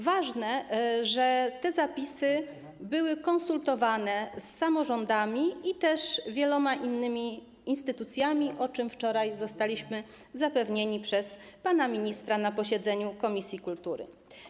Ważne, że te zapisy były konsultowane z samorządami i też wieloma innymi instytucjami, o czym wczoraj zostaliśmy zapewnieni przez pana ministra na posiedzeniu komisji kultury.